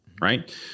right